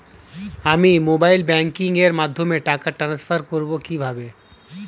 আমি mobile banking এর মাধ্যমে টাকা টান্সফার করব কিভাবে?